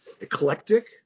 eclectic